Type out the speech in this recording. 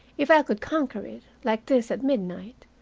if i could conquer it like this at midnight,